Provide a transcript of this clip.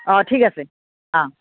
অঁ ঠিক আছে অঁ